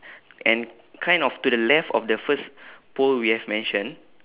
and kind of to the left of the first pole we have mention